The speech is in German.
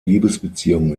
liebesbeziehung